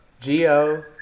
G-O